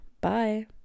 bye